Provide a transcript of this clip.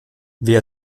wer